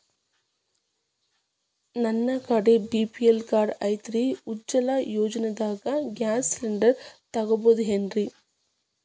ನನ್ನ ಕಡೆ BPL card ಐತ್ರಿ, ಉಜ್ವಲಾ ಯೋಜನೆದಾಗ ಗ್ಯಾಸ್ ಸಿಲಿಂಡರ್ ತೊಗೋಬಹುದೇನ್ರಿ?